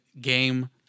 game